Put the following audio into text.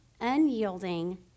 unyielding